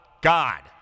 God